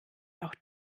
auch